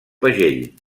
pagell